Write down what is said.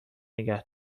نگه